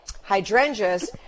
hydrangeas